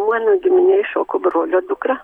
mano giminėj šoko brolio dukra